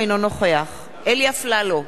אינו נוכח אלי אפללו,